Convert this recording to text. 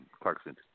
Clarkson